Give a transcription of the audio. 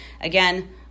Again